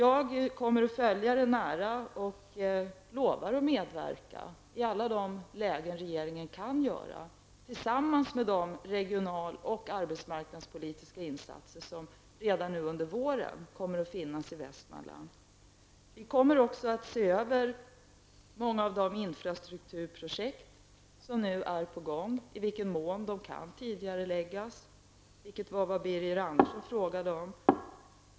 Jag kommer alltså att följa utvecklingen nära, och jag lovar att medverka i alla de lägen där regeringen har möjlighet att medverka. Dessutom kommer det redan under våren att bli fråga om regionalpolitiska och arbetsmarknadspolitiska insatser i Västmanland. Vi kommer också att se över många av de infrastrukturprojekt som nu är på gång och undersöka i vilken mån de kan tidigareläggas, vilket var vad Birger Andersson frågade om.